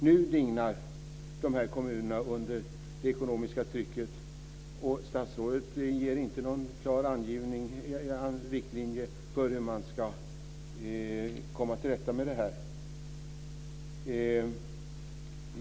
Nu dignar dessa kommuner under det ekonomiska trycket, och statsrådet ger inte några klara riktlinjer för hur man ska komma till rätta med detta.